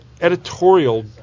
editorial